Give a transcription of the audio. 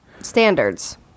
Standards